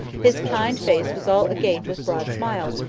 his kind face was all agape with broad smiles,